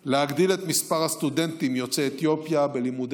להגדיל את מספר הסטודנטים יוצאי אתיופיה בלימודי